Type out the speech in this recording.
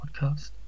podcast